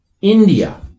India